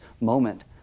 moment